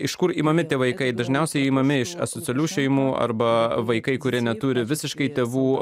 iš kur imami tie vaikai dažniausiai imami iš asocialių šeimų arba vaikai kurie neturi visiškai tėvų